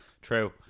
true